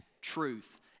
truth